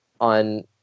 on